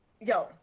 yo